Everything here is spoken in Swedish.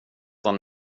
han